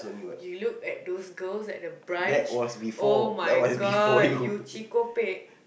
you look at those girls at the branch oh-my-god you cheekopek